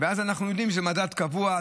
ואז אנחנו יודעים שזה מדד קבוע,